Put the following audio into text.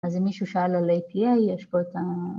‫אז אם מישהו שאל על APA, ‫יש פה את ה...